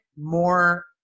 more